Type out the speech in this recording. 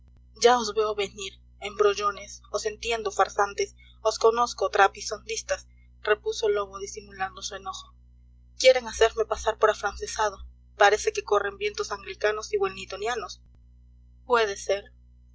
os veo venir embrollones os entiendo farsantes os conozco trapisondistas repuso lobo disimulando su enojo quieren hacerme pasar por afrancesado parece que corren vientos anglicanos y wellingtonianos puede ser